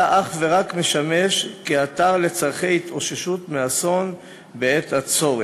אלא אך ורק משמש כאתר לצורכי התאוששות מאסון בעת הצורך.